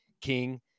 King